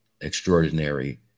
extraordinary